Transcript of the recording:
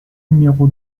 numéro